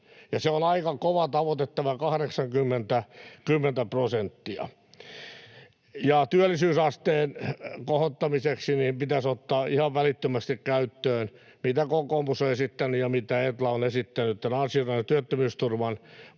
on aika kova tavoite. Työllisyysasteen kohottamiseksi pitäisi ottaa ihan välittömästi käyttöön se, mitä kokoomus on esittänyt ja mitä Etla on esittänyt, tämä ansiosidonnaisen työttömyysturvan